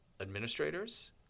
administrators